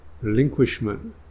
relinquishment